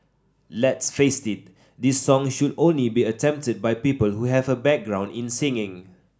let's face it this song should only be attempted by people who have a background in singing